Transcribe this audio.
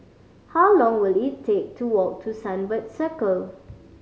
how long will it take to walk to Sunbird Circle